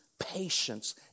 patience